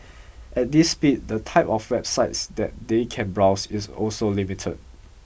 at this speed the type of websites that they can browse is also limited